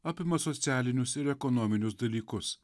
apima socialinius ir ekonominius dalykus